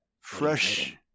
Fresh